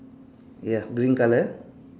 ya green colour